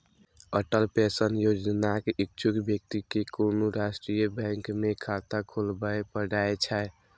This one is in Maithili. अटल पेंशन योजनाक इच्छुक व्यक्ति कें कोनो राष्ट्रीय बैंक मे खाता खोलबय पड़ै छै